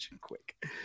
quick